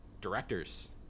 directors